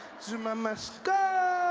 zuma must go!